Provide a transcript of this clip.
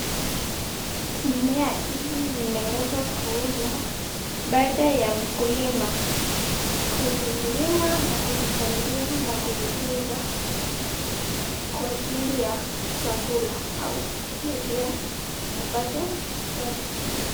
Mimea hizi zimeletwa kuuzwa, baada ya mkulima kuzilima na kuzipalilia na kuzitunza kwa ajili ya chakula au yeye pia apate pesa.